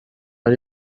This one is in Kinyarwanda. ari